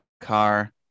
car